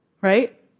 Right